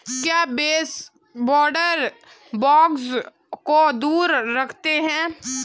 क्या baseboard bugs को दूर रखते हैं?